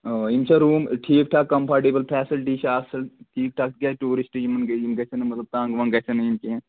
اَوے یِم چھےٚ روٗم ٹھیٖک ٹھاکھ کَمفارٹیبٕل فیسلٹی چھےٚ اصٕل ٹھیٖک ٹھاکھ تِکیازِ ٹیوٗرِسٹ یِم گٔے یِم گژھن نہٕ مطلب تَنگ وَنگ گژھن نہٕ یِم کیٚنٛہہ